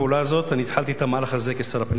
אני התחלתי את המהלך הזה כשר הפנים בזמני.